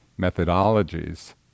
methodologies